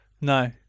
no